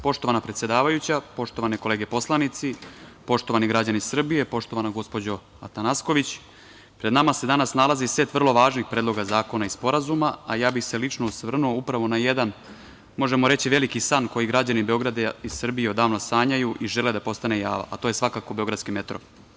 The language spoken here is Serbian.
Poštovana predsedavajuća, poštovane kolege poslanici, poštovani građani Srbije, poštovana gospođo Atanasković, pred nama se danas nalazi set vrlo važnih predloga zakona i sporazuma, a ja bih se lično osvrnuo upravo na jedan, možemo reći, veliki san koji građani Beograda i Srbije odavno sanjaju i žele da postane java, a to je, svakako, beogradski metro.